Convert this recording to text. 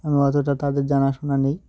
আমি অতটা তাদের জানাশোনা নেই